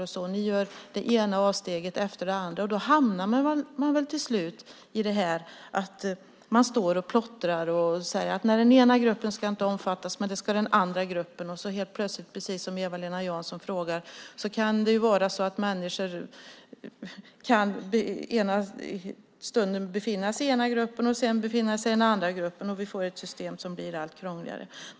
Om man som ni gör det ena avsteget efter det andra hamnar man väl till slut i att stå och plottra och säga att nej, den ena gruppen ska inte omfattas, men det ska den andra gruppen - och så helt plötsligt, precis som Eva-Lena Jansson säger, kan det vara så att människor i ena stunden kan befinna sig i den ena gruppen för att därefter befinna sig i den andra gruppen. Och vi får ett system som blir allt krångligare.